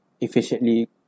efficiently